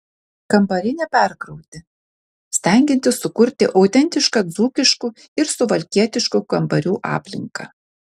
kambariai neperkrauti stengiantis sukurti autentišką dzūkiškų ir suvalkietiškų kambarių aplinką